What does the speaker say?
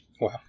Wow